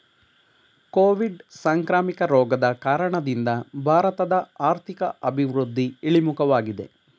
Covid ಸಾಂಕ್ರಾಮಿಕ ರೋಗದ ಕಾರಣದಿಂದ ಭಾರತದ ಆರ್ಥಿಕ ಅಭಿವೃದ್ಧಿ ಇಳಿಮುಖವಾಗಿದೆ